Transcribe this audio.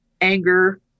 anger